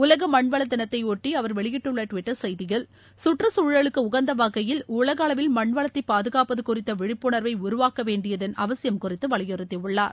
உலக மண்வள தினத்தை ஒட்டி அவர் வெளியிட்டுள்ள டிவிட்டர் செய்தியில் சுற்றுச்சூழலுக்கு உகந்த வகையில் உலகளவில் மண்வளத்தை பாதுகாப்பது குறித்த விழிப்புணர்வை உருவாக்கவேண்டியதன் அவசியம் குறித்து வலியுறுத்தியுள்ளார்